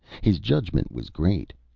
his judgment was great.